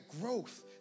growth